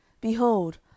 Behold